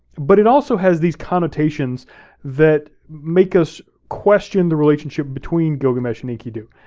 but it also has these connotations that make us question the relationship between gilgamesh and enkidu.